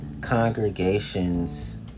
congregations